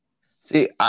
See